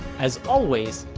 as always,